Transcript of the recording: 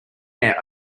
air